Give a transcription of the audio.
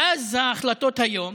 ואז, ההחלטות היום,